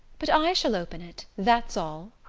but i shall open it that's all!